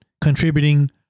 contributing